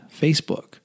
Facebook